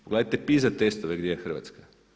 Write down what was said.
Pogledajte PISA testove gdje je Hrvatska.